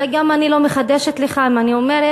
אולי אני גם לא מחדשת לך אם אני אומרת